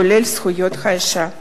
כולל זכויות האשה.